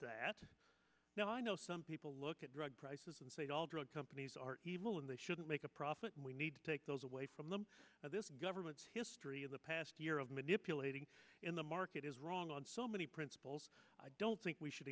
that now i know some people look at drug prices and say all drug companies are evil and they shouldn't make a profit we need to take those away from them at this government's history of the past year of manipulating in the market is wrong on so many principles i don't think we should